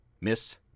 Miss